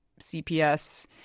CPS